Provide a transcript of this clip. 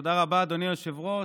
תודה רבה, אדוני היושב-ראש.